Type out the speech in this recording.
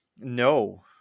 No